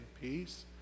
peace